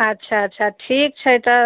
अच्छा अच्छा ठीक छै तऽ